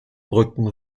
brücken